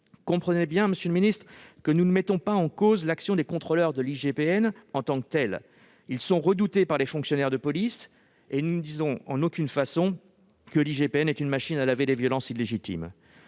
Comprenez bien, monsieur le ministre, que nous ne mettons pas en cause l'action des contrôleurs de l'IGPN en tant que telle. Ces derniers sont redoutés par les fonctionnaires de police, et nous ne disons en aucune façon que l'IGPN est une machine à laver les violences illégitimes.